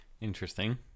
Interesting